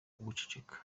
uguceceka